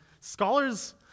scholars